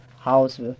house